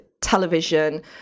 television